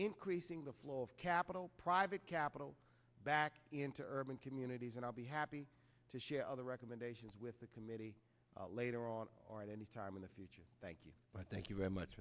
increasing the flow of capital private capital back into urban communities and i'll be happy to share other recommendations with the committee later on or at any time in the future thank you but thank you very much